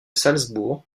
salzbourg